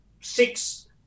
six